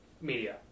media